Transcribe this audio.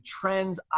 trends